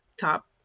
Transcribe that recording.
top